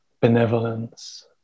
benevolence